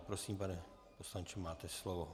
Prosím, pane poslanče, máte slovo.